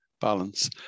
balance